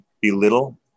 belittle